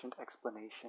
explanation